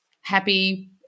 happy